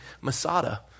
Masada